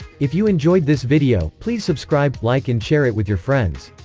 if you enjoyed this video, please subscribe, like and share it with your friends.